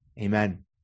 Amen